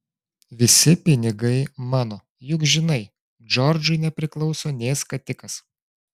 visi pinigai mano juk žinai džordžui nepriklauso nė skatikas